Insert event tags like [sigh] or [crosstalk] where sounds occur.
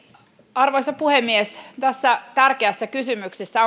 arvoisa puhemies tässä tärkeässä kysymyksessä [unintelligible]